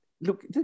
Look